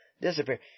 disappear